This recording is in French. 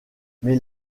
mais